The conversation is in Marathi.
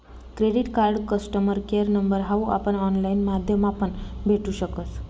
credit card customer care number हाऊ आपण ऑनलाईन माध्यमापण भेटू शकस